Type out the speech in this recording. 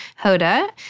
Hoda